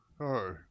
hi